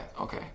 Okay